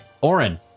Oren